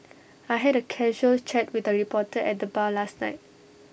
I had A casual chat with A reporter at the bar last night